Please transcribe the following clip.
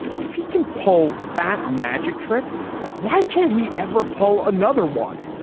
if he can pull that magic trick why can't he ever pull another one.